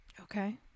Okay